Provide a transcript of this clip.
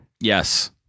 Yes